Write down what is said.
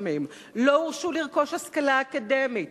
לפעמים לא הורשו לרכוש השכלה אקדמית,